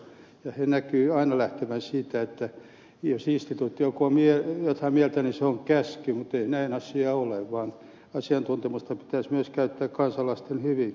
asiantuntijat näkyvät lähtevän siitä että jos instituutio on jotain mieltä niin se on käsky mutta näin asia ei ole vaan asiantuntemusta pitäisi myös käyttää kansalaisten hyväksi